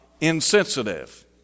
insensitive